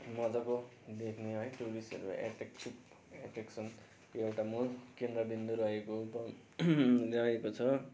मजाको देख्ने है टुरिस्टहरू इफेक्ट एफेक्सन त्यो एउटा मूल केन्द्रबिन्दु रहेको रहेको छ